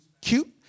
cute